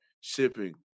shipping